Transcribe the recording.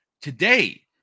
today